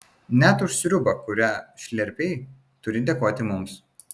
net už sriubą kurią šlerpei turi dėkoti mums